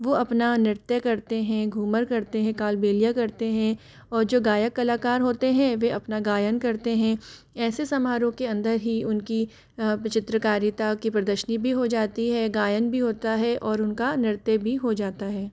वह अपना नृत्य करते हैं घूमर करते हैं कालबेलिया करते हैं और जो गायक कलाकार होते हैं वे अपना गायन करते हैं ऐसे समारोह के अंदर ही उनकी चित्रकारिता की प्रदर्शनी भी हो जाती है गायन भी होता है और उनका नृत्य भी हो जाता है